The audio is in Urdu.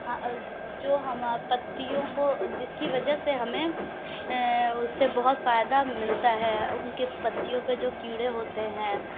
ہاں جو پتیوں کو جس کی وجہ سے ہمیں اس سے بہت فائدہ ملتا ہے ان کے پتیوں پہ جو کیڑے ہوتے ہیں